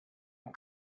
and